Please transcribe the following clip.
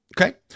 okay